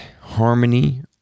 Harmony